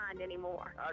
anymore